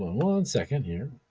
one second here.